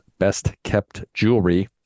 bestkeptjewelry